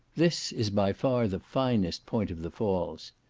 this is by far the finest point of the falls.